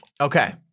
Okay